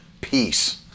peace